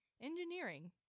engineering